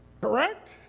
Correct